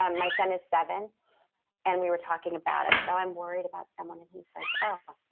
um my son is seven and we were talking about i said, oh, i'm worried about someone. and he's like, oh,